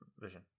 Vision